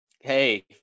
Hey